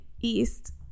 East